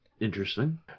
Interesting